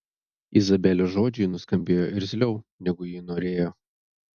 izabelės žodžiai nuskambėjo irzliau negu ji norėjo